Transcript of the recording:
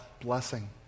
blessing